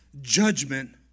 judgment